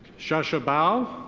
shasha bao.